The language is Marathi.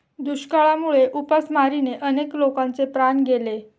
दुष्काळामुळे उपासमारीने अनेक लोकांचे प्राण गेले